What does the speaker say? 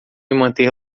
manter